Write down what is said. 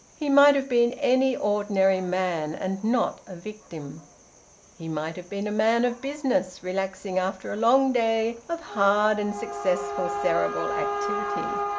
he might have been any ordinary man, and not a victim he might have been a man of business relaxing after a long day of hard and successful cerebral activity.